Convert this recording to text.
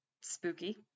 spooky